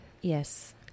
yes